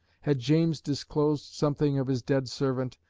had james disclosed something of his dead servant,